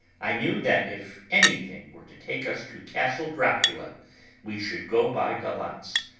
i knew that if anything were to take us to castle dracula we should go by galatz,